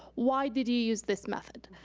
why did you use this method?